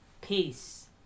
peace